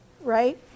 right